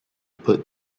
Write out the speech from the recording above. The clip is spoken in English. put